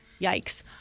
Yikes